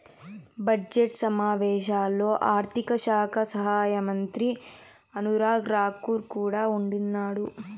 budget సమావేశాల్లో ఆర్థిక శాఖ సహాయమంత్రి అనురాగ్ రాకూర్ కూడా ఉండిన్నాడు